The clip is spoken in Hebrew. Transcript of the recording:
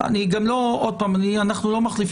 אנחנו מתקרבים